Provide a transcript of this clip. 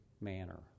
manner